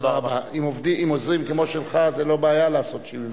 זכאים לביטוח לאומי לנושא סיעוד, הם לא מקבלים.